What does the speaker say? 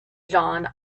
john